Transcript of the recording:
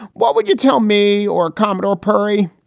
what would you tell me? or commodore perry?